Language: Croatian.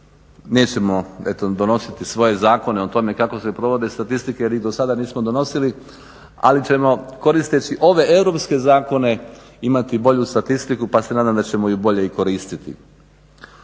eto donositi svoje zakone o tome kako se provode statistike jer ih do sada nismo donosili, ali ćemo koristeći ove europske zakone imati bolju statistiku pa se nadam da ćemo ju i bolje koristiti.